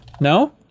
No